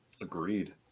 Agreed